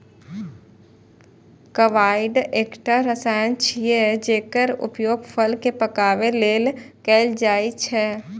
carbide एकटा रसायन छियै, जेकर उपयोग फल कें पकाबै लेल कैल जाइ छै